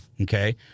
okay